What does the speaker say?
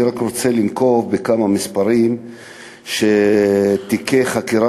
אני רוצה לנקוב בכמה מספרים של תיקי חקירה